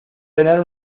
tener